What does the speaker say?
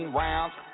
rounds